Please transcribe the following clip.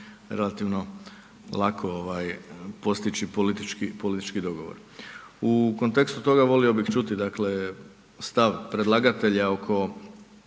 relativno lako postići politički dogovor. U kontekstu toga volio bi čuti dakle stav predlagatelja oko